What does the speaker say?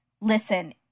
listen